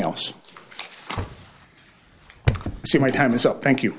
else so my time is up thank you